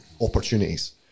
opportunities